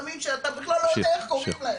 סמים שאתה בכלל לא יודע איך קוראים להם.